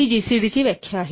ही जीसीडीची व्याख्या आहे